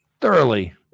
thoroughly